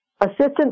assistant